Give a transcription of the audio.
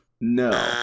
No